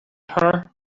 her